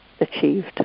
achieved